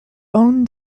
own